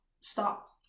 Stop